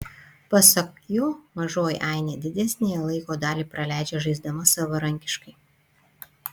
pasak jo mažoji ainė didesniąją laiko dalį praleidžia žaisdama savarankiškai